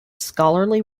scholarly